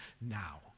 now